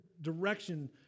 direction